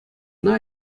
ӑна